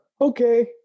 okay